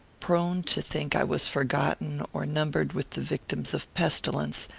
prone to think i was forgotten, or numbered with the victims of pestilence,